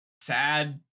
sad